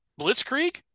Blitzkrieg